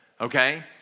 okay